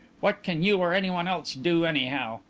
what can you or anyone else do anyhow?